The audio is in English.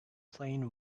plain